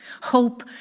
Hope